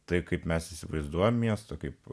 tai kaip mes įsivaizduojame miesto kaip